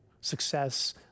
success